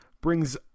brings